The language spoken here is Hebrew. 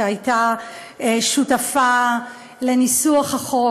שהייתה שותפה לניסוח החוק